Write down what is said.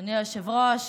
אדוני היושב-ראש,